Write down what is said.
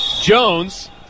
Jones